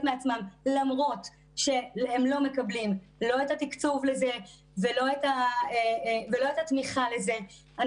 מעצמם למרות שהם לא מקבלים לא את התקצוב לזה ולא את התמיכה לזה.